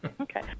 Okay